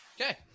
Okay